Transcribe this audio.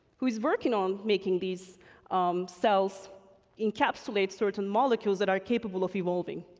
who is working on making these cells encapsulate certain molecules that are capable of evolving.